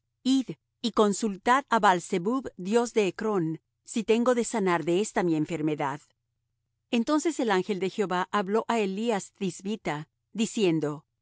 y consultad á baal zebub dios de ecrón si tengo de sanar de esta mi enfermedad entonces el ángel de jehová habló á elías thisbita diciendo